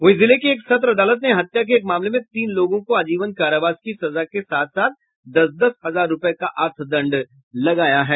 वहीं जिले की एक सत्र अदालत ने हत्या के एक मामले में तीन लोगों को आजीवन कारावास की सजा के साथ दस दस हजार रुपये का अर्थदण्ड भी लगाया है